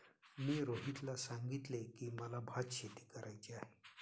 मी रोहितला सांगितले की, मला भातशेती करायची आहे